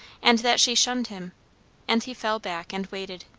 and that she shunned him and he fell back and waited.